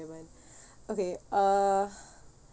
okay uh